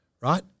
right